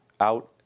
out